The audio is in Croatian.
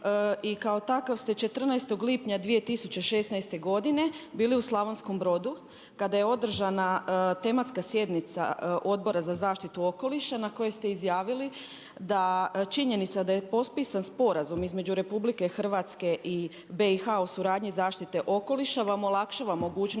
i kao takav ste 14. lipnja 2016. godine bili u Slavonskom Brodu kada je održana tematska sjednica Odbora za zaštitu okoliša na kojoj ste izjavili da činjenica da je potpisan sporazum između RH i BiH o suradnji zaštite okoliša vam olakšava mogućnost